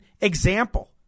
example